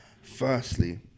Firstly